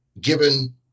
given